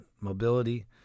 mobility